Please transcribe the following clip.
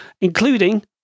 Including